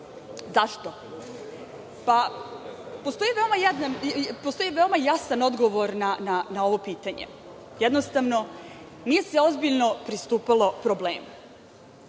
Postoji veoma jasan odgovor na ovo pitanje. Jednostavno, nije se ozbiljno pristupalo problemu. Građani